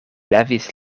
levis